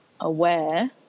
aware